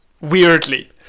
Weirdly